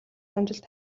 амжилт